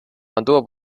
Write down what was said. mantuvo